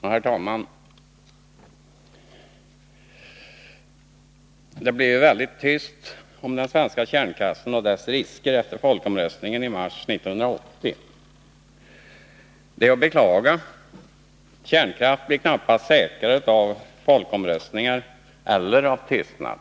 Herr talman! Det blev väldigt tyst om den svenska kärnkraften och dess risker efter folkomröstningen i mars 1980. Det är att beklaga. Kärnkraften blir knappast säkrare av folkomröstningar eller av tystnad.